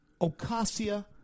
Ocasio